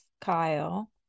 Kyle